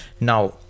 now